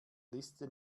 liste